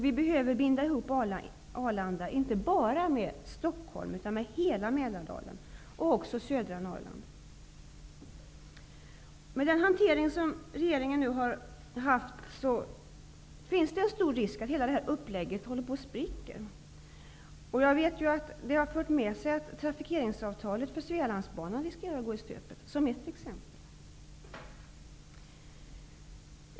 Vi behöver binda ihop Arlanda inte bara med Stockholm utan med hela Mälardalen och även södra Norrland.Med regeringens hantering finns det en stor risk att hela detta upplägg spricker. Jag vet att det t.ex. har fört med sig att trafikeringsavtalet för Svealandsbanan riskerar att gå i stöpet.